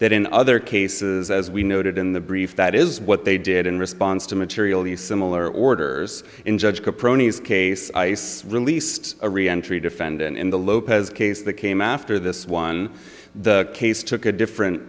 that in other cases as we noted in the brief that is what they did in response to material use similar orders in judge case ice released a reentry defendant in the lopez case that came after this one the case took a different